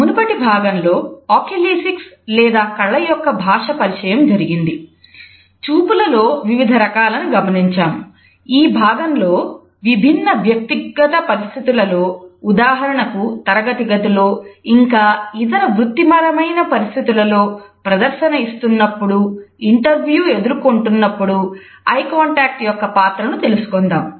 మునుపటి భాగంలో ఆక్యూలేసిక్స్ యొక్క పాత్రను తెలుసుకుందాము